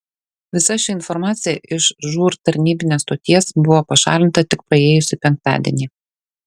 visa ši informacija iš žūr tarnybinės stoties buvo pašalinta tik praėjusį penktadienį